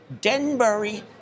Denbury